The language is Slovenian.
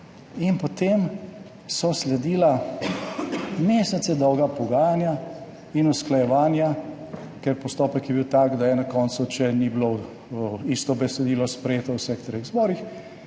In potem so sledila mesece dolga pogajanja in usklajevanja, ker postopek je bil tak, da je na koncu, če ni bilo isto besedilo sprejeto v vseh treh zborih,